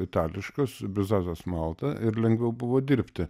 itališkos bizazas malta ir lengviau buvo dirbti